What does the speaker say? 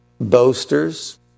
boasters